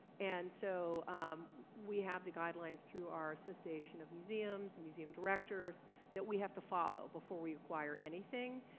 and so we have the guidelines through our association of museums and museum directors that we have to follow before we acquire anything.